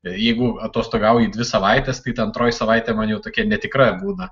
jeigu atostogauji dvi savaites kai ta antroji savaitė man jau tokia netikra būna